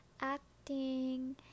acting